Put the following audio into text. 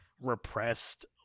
repressed